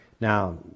Now